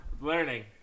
Learning